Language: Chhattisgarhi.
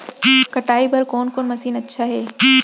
कटाई बर कोन कोन मशीन अच्छा हे?